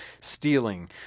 stealing